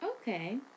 Okay